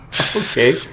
Okay